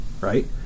right